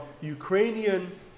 Ukrainian